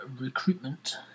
recruitment